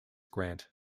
grant